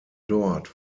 dort